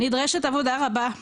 נדרשת עבודה רבה.